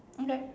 okay